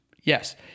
Yes